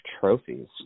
Trophies